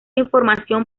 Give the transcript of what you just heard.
información